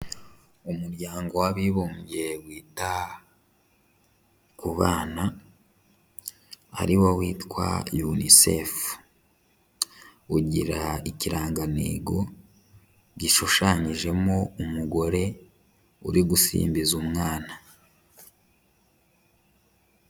Umuryango w'abibumbye wita ku bana ari wo witwa UNICEF, ugira ikirangantego gishushanyijemo umugore uri gusimbiza umwana.